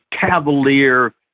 cavalier